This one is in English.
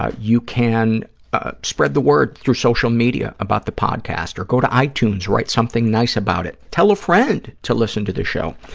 ah you can ah spread the word through social media about the podcast, or go to itunes, write something nice about it. tell a friend to listen to the show.